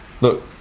look